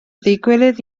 ddigywilydd